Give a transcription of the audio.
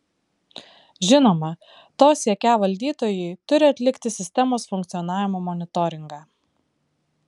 žinoma to siekią valdytojai turi atlikti sistemos funkcionavimo monitoringą